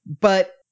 But-